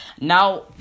Now